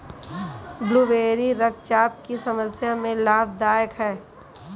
blueberry रक्तचाप की समस्या में लाभदायक है